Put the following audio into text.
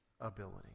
Ability